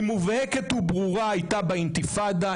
היא הייתה מובהקת וברורה באינתיפאדה,